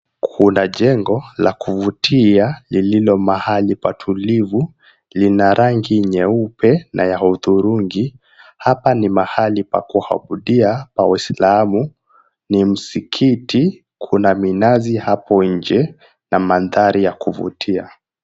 Kuna jengo la kuvutia lililo mahali patulivu, lina rangi nyeupe na udhurungi. Hapa ni mahali pa kuabudia pa waislamu, ni msikiti kuna minazi hapo nje na maandhari ya kuvutia.